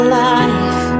life